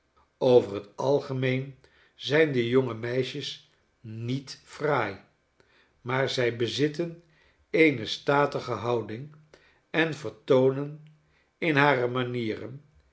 over het algemeen zijn de jonge meisjes niet fraai maar zij bezitten eene statige houding en vertoonen in hare manieren